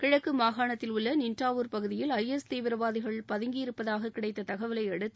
கிழக்கு மாகாணத்தில் உள்ள நின்டாவூர் பகுதியில் ஐஎஸ் தீவிரவாதிகள் பதுங்கியிருப்பதாகக் கிடைத்த தகவலை அடுத்து